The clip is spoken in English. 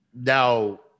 now